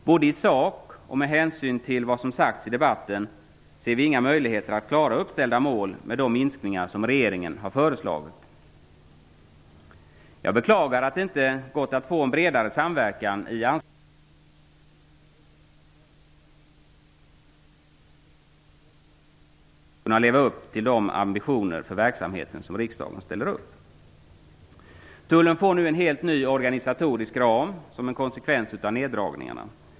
Både i sak och med hänsyn till vad som sagts i debatten ser vi inga möjligheter att klara uppställda mål med de minskningar som regeringen har föreslagit. Jag beklagar att det inte gått att få en bredare samverkan i anslagsfrågan. Det hade varit en styrka att kunna ge en entydig signal vad gäller möjligheten för Tullen att leva upp till de ambitioner för verksamheten som riksdagen ställer upp. Tullen får nu en helt ny organisatorisk ram som en konsekvens av neddragningarna.